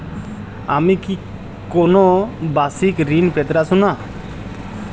আমি কি কোন বাষিক ঋন পেতরাশুনা?